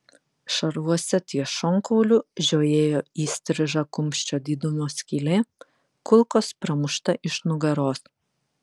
šarvuose ties šonkauliu žiojėjo įstriža kumščio didumo skylė kulkos pramušta iš nugaros